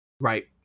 right